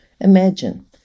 Imagine